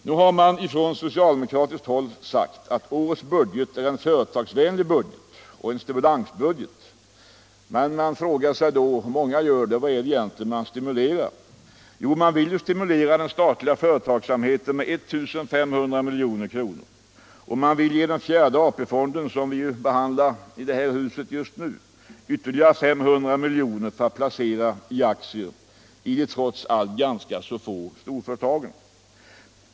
Nu har man från socialdemokratiskt håll sagt att årets budget är en företagsvänlig budget, en stimulansbudget. Men man frågar sig då: Vad är det egentligen man stimulerar? Jo, man vill stimulera den statliga företagsamheten med 1 500 milj.kr., och man vill — en fråga som behandlas i det här huset just nu — ge den fjärde AP-fonden ytterligare 500 miljoner att placera i aktier i de trots allt ganska få storföretagen.